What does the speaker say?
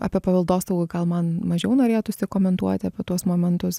apie paveldosaugą gal man mažiau norėtųsi komentuoti apie tuos momentus